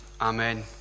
amen